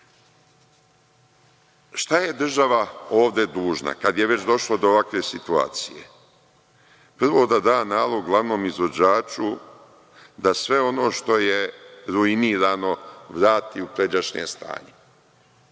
je država ovde dužna kad je već došlo do ovakve situacije? Prvo da da nalog glavnom izvođaču da sve ono što je ruinirano vrati u pređašnje stanje,